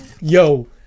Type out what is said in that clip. yo